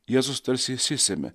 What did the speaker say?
jėzus tarsi išsisemia